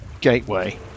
gateway